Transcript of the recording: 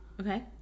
Okay